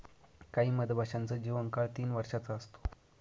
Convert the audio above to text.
काही मधमाशांचा जीवन काळ तीन वर्षाचा असतो